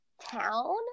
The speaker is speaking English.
town